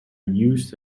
used